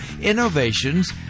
innovations